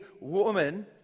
woman